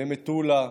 במטולה,